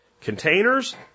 Containers